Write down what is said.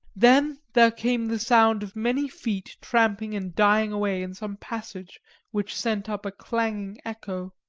then there came the sound of many feet tramping and dying away in some passage which sent up a clanging echo.